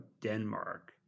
Denmark